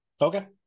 Okay